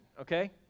okay